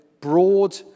broad